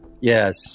Yes